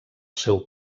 seu